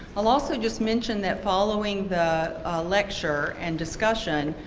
i'll also just mention that following the lecture and discussion,